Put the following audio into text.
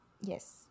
Yes